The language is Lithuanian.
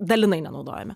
dalinai nenaudojame